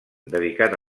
dedicat